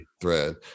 thread